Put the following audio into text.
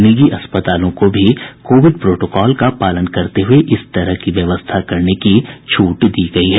निजी अस्पतालों को भी कोविड प्रोटोकॉल का पालन करते हुए इस तरह की व्यवस्था करने की छूट दी गयी है